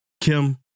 Kim